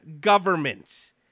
governments